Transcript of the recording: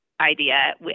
idea